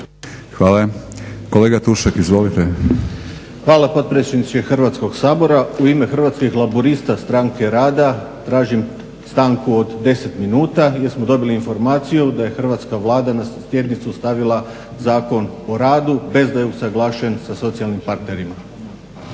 laburisti - Stranka rada)** Hvala potpredsjedniče Hrvatskog sabora. U ime Hrvatskih laburista – stranke rada tražim stanku od 10 minuta jer smo dobili informaciju da je hrvatska Vlada na sjednicu stavila Zakon o radu bez da je usuglašen sa socijalnim partnerima.